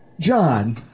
John